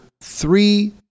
three